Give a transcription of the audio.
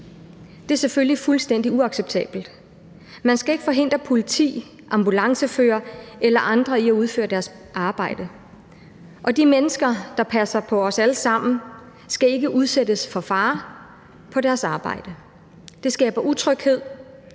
Det er selvfølgelig fuldstændig uacceptabelt. Man skal ikke forhindre politi, ambulanceførere eller andre i at udføre deres arbejde, og de mennesker, der passer på os alle sammen, skal ikke udsættes for fare på deres arbejde. Det skaber utryghed,